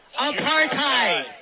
Apartheid